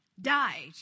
died